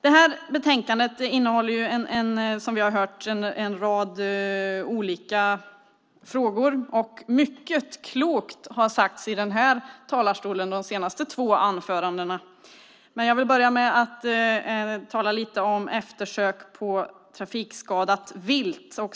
Detta betänkande innehåller en rad olika frågor, som vi har hört. Mycket klokt har sagts från denna talarstol från de senaste talarna. Men jag ska börja med att tala lite grann om eftersök av trafikskadat vilt.